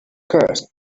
curse